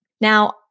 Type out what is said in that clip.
Now